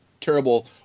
terrible